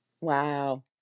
Wow